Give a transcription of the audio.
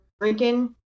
drinking